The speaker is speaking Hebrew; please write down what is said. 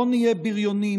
לא נהיה בריונים.